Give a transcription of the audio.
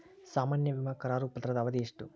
ಸಾಮಾನ್ಯ ವಿಮಾ ಕರಾರು ಪತ್ರದ ಅವಧಿ ಎಷ್ಟ?